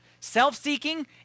Self-seeking